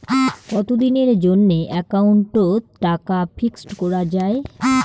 কতদিনের জন্যে একাউন্ট ওত টাকা ফিক্সড করা যায়?